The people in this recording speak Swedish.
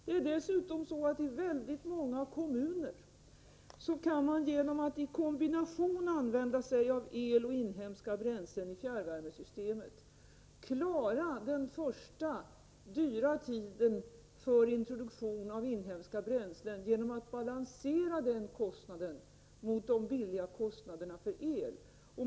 Det är dessutom så att man i väldigt många kommuner, genom att i kombination använda sig av el och inhemska bränslen i fjärrvärmesystemet, kan klara den första dyra tiden för introduktionen av inhemska bränslen genom att balansera den kostnaden mot de billiga kostnaderna för el.